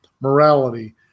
morality